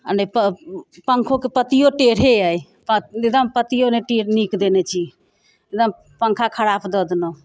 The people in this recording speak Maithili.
आ नहि पङ्खोके पत्तियो टेढ़े अइ एकदम पत्तियो नहि टे नीक देने छी एकदम पङ्खा खराब दऽ देलहुँ